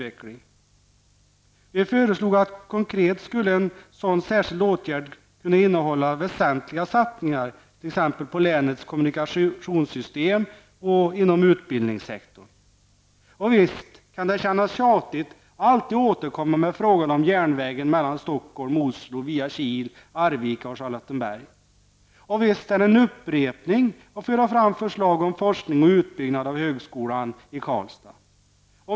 En åtgärd som vi föreslog var väsentliga satsningar på länets kommunikationssystem och inom utbildningssektorn. Visst kan det kännas tjatigt att alltid återkomma med frågan om järnvägen mellan Stockholm och Oslo via Kil, Arvika och Charlottenberg. Visst är det en upprepning att lägga fram förslag om forskning och om utbyggnad av högskolan i Karlstad.